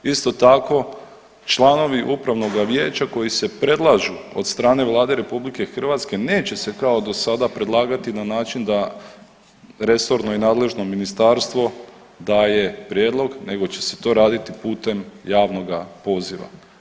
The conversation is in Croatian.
Isto tako, članovi upravnoga vijeća koji se predlažu od strane Vlade Republike Hrvatske neće se kao do sada predlagati na način da resorno i nadležno ministarstvo daje prijedlog nego će se to raditi putem javnoga poziva.